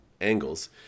angles